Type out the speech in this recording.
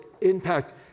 impact